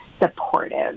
supportive